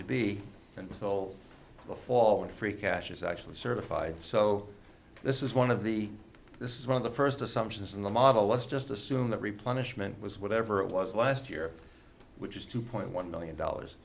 to be until the fall when free cash is actually certified so this is one of the this is one of the first assumptions in the model let's just assume that replenish meant was whatever it was last year which is two point one million dollars